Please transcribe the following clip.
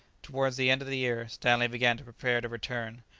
towards the end of the year stanley began to prepare to return.